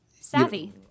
Savvy